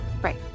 Right